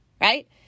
right